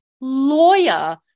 lawyer